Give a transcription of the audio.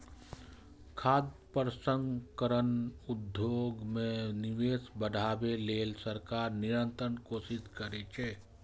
खाद्य प्रसंस्करण उद्योग मे निवेश बढ़ाबै लेल सरकार निरंतर कोशिश करै छै